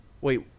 wait